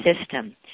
system